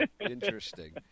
interesting